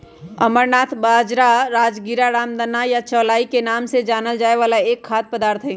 amaranth बाजरा, राजगीरा, रामदाना या चौलाई के नाम से जानल जाय वाला एक खाद्य पदार्थ हई